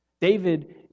David